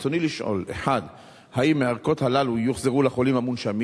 רצוני לשאול: 1. האם יוחזרו הערכות הללו לחולים המונשמים?